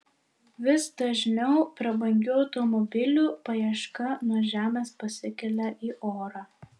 vis dažniau prabangių automobilių paieška nuo žemės pasikelia į orą